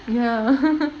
ya